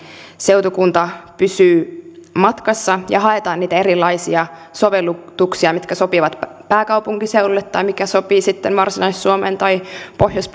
seutukunta pysyy matkassa ja haetaan niitä erilaisia sovellutuksia mitkä sopivat pääkaupunkiseudulle tai mikä sopii sitten varsinais suomeen tai pohjois